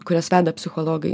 kurias veda psichologai